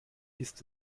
ist